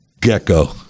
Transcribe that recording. gecko